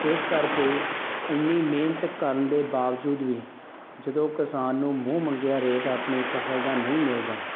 ਇਸ ਕਰਕੇ ਇੰਨੀ ਮਿਹਨਤ ਕਰਨ ਦੇ ਬਾਵਜੂਦ ਵੀ ਜਦੋਂ ਕਿਸਾਨ ਨੂੰ ਮੂੰਹ ਮੰਗਿਆ ਰੇਟ ਆਪਣੀ ਫਸਲ ਦਾ ਨਹੀਂ ਮਿਲਦਾ